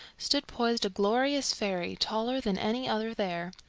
stood poised a glorious fairy, taller than any other there.